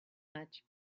much